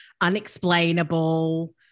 unexplainable